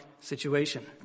situation